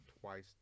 twice